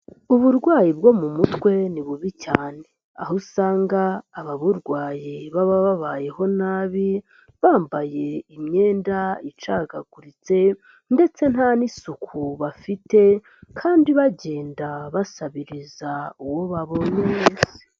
Uburwayi bwo mu mutwe ni bubi cyane. Aho usanga ababurwaye baba babayeho nabi, bambaye imyenda icagaguritse, ndetse nta n'isuku bafite, kandi bagenda basabiriza uwo babonye wese.